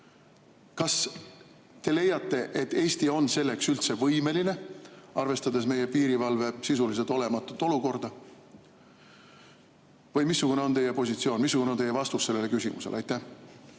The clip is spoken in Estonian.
Kas te leiate, et Eesti on selleks üldse võimeline, arvestades meie piirivalve sisuliselt olematut olukorda? Või missugune on teie positsioon? Missugune on teie vastus sellele küsimusele? Aitäh,